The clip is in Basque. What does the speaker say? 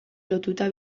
lotuta